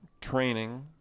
training